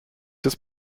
des